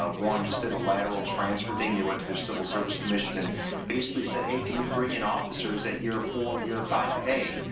ah warren just did a lateral transfer thing and they went to their civil service commission and basically said, hey, can we bring in officers at year four, year five pay?